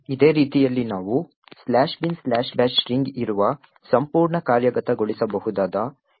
ಇದೇ ರೀತಿಯಲ್ಲಿ ನಾವು "binbash" ಸ್ಟ್ರಿಂಗ್ ಇರುವ ಸಂಪೂರ್ಣ ಕಾರ್ಯಗತಗೊಳಿಸಬಹುದಾದ ಎಲ್ಲೋ ಕಾಣಬಹುದು